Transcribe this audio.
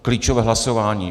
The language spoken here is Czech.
Klíčové hlasování.